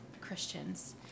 Christians